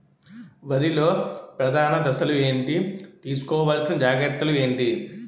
వరిలో ప్రధాన దశలు ఏంటి? తీసుకోవాల్సిన జాగ్రత్తలు ఏంటి?